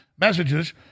messages